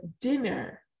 dinner